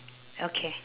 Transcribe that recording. okay